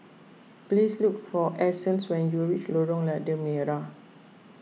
please look for Essence when you reach Lorong Lada Merah